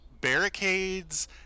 barricades